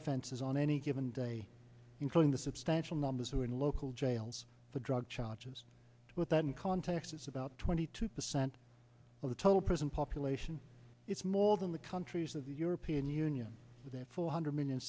offenses on any given day including the substantial numbers who are in local jails for drug charges but that in context is about twenty two percent of the total prison population it's more than the countries of the european union with a four hundred million